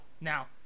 Now